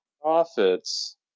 profits